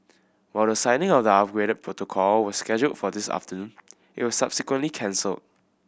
while the signing of the upgraded protocol was scheduled for this afternoon it was subsequently cancelled